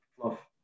fluff